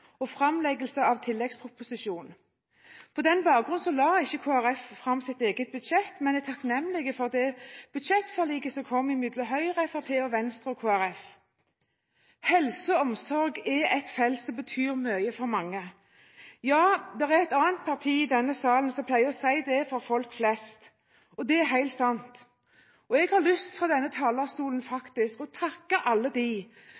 og framleggelse av tilleggsproposisjon. På den bakgrunn la ikke Kristelig Folkeparti fram sitt eget budsjett, men er takknemlig for det budsjettforliket som kom mellom Høyre, Fremskrittspartiet, Venstre og Kristelig Folkeparti. Helse- og omsorgsarbeid er et felt som betyr mye for mange. Ja, det er et annet parti i denne salen som pleier å si at det er for folk flest. Og det er helt sant. Jeg har lyst til fra denne talerstol faktisk å takke alle dem som jobber innenfor denne sektoren. De